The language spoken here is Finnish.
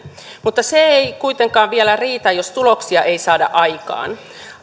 mutta se ei kuitenkaan vielä riitä jos tuloksia ei saada aikaan